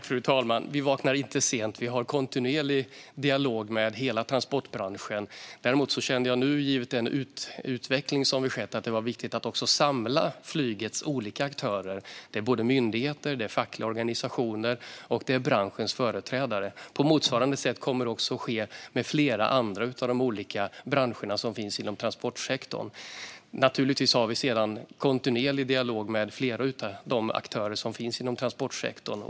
Fru talman! Vi vaknar inte sent. Vi har en kontinuerlig dialog med hela transportbranschen. Men givet utvecklingen kände jag att det var viktigt att samla flygets olika aktörer, myndigheter, fackliga organisationer och branschens företrädare. Motsvarande kommer också att ske med flera andra av de olika branscherna inom transportsektorn. Naturligtvis har vi en kontinuerlig dialog med flera av aktörerna inom transportsektorn.